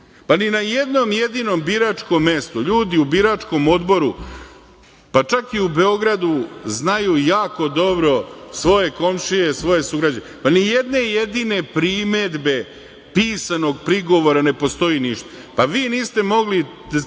Ni na jednom jedinom biračkom mestu ljudi u biračkom odboru, pa čak i u Beogradu, znaju jako dobro svoje komšije, svoje sugrađane. Ni jedne jedine primedbe pisanog prigovora, ne postoji ništa. Pa vi niste mogli,